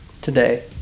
today